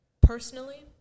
Personally